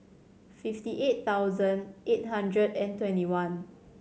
fifty eight thousand eight hundred and twenty one